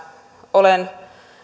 olen